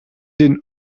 den